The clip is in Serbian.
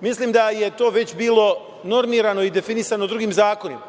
mislim da je to već bilo normirano i definisano drugim zakonima.